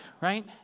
right